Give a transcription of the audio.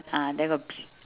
ah then got pi~